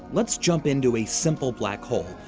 let's jump into a simple black hole,